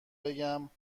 بگم